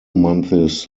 months